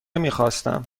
میخواستم